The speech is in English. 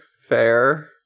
fair